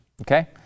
Okay